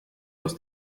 aus